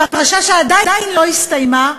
פרשה שעדיין לא הסתיימה,